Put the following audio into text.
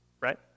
right